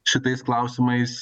šitais klausimais